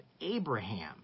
Abraham